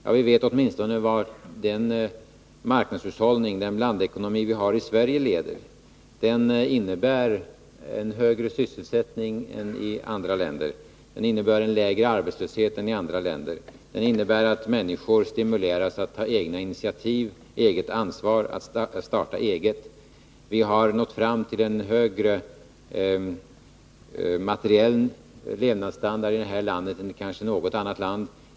Ja, vi vet åtminstone vart den marknadshushållning, den blandekonomi vi har i Sverige leder. Den innebär en högre sysseisättning än i andra länder. Den innebär en lägre arbetslöshet än i andra länder. Den innebär att människor stimuleras att ta egna initiativ, att ta eget ansvar, att starta eget. Vi har nått fram till en högre materiell levnadsstandard i det här landet än i kanske något annat land.